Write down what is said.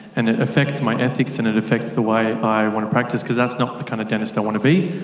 and it affects my ethics and it affects the way i want to practice because that's not the kind of dentist i want to be,